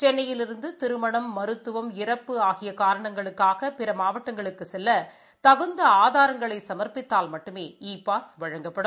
சென்னையிலிருந்து திருமணம் மருத்துவம் இறப்பு பிற மாவட்டங்களுக்குச் செல்ல தகுந்த ஆதாரங்களை சம்ப்பித்தால் மட்டுமே இ பாஸ் வழங்கப்படும்